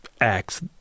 acts